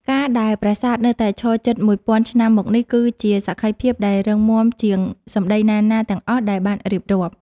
ការដែលប្រាសាទនៅតែឈរជិតមួយពាន់ឆ្នាំមកនេះគឺជាសក្ខីភាពដែលរឹងមាំជាងសម្តីណាៗទាំងអស់ដែលបានរៀបរាប់។